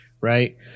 right